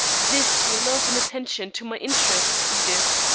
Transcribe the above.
this your love and attention to my interests, edith?